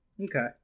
Okay